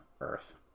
earth